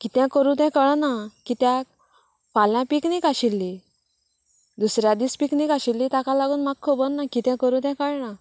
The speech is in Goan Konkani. कितें करूं तें कळना कित्याक फाल्यां पिकनीक आशिल्ली दुसऱ्या दीस पिकनीक आशिल्ली ताका लागून म्हाका खबर ना कितें करूं तें कळना